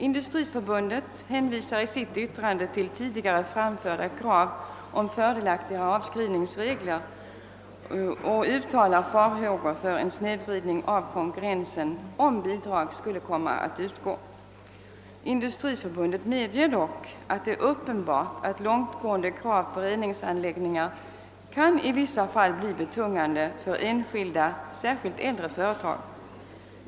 Industriförbundet hänvisar i sitt yttrande till tidigare framförda krav om fördelaktigare avskrivningsregler och uttalar farhågor för en snedvridning av konkurrensen, om bidrag skulle komma att utgå. Industriförbundet medger dock att »det är uppenbart att långtgående krav på reningsanläggningar i vissa fall kan bli betungande för enskilda, särskilt äldre, företag.